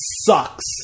sucks